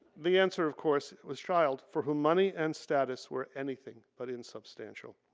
the answer of course was child for whom money and status were anything but insubstantial.